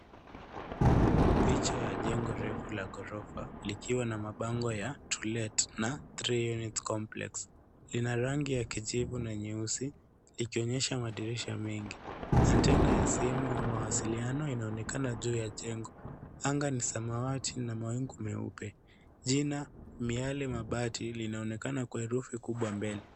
Picha ya jengo refu la ghorofa, likiwa na mabango ya to let na 3 unit complex . Lina rangi ya kijivu na nyeusi, likionyesha madirisha mengi. Antena ya simu au mawasiliano inaonekana juu ya jengo. Anga ni samawati na mawingu meupe. Jina Miale Mabati linaonekana kwa herufi kubwa mbele.